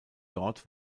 dort